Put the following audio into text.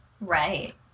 Right